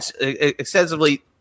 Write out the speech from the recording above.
extensively